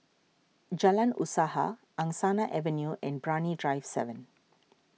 Jalan Usaha Angsana Avenue and Brani Drive seven